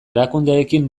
erakundeekin